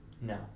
No